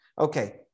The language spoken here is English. Okay